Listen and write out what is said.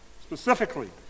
specifically